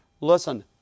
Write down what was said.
Listen